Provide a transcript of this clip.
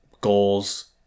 goals